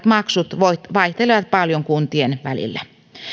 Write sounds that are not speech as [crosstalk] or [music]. [unintelligible] maksut vaihtelevat paljon kuntien välillä